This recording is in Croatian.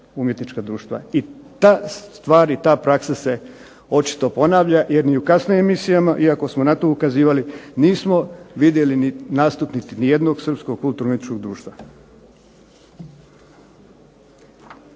umjetnička društva, i ta stvar i ta praksa se očito ponavlja, jer ni u kasnijim emisijama, iako smo na to ukazivali, nismo vidjeli nastup niti ni jednog srpskog kulturno umjetničkog društva.